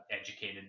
educated